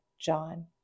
John